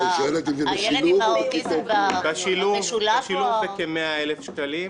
הילד עם האוטיזם הוא בחינוך המשולב או --- בשילוב כ-100,000 שקלים.